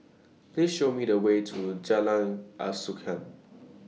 Please Show Me The Way to Jalan Asuhan